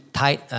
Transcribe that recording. tight